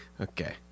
Okay